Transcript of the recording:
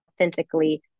authentically